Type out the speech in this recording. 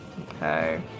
okay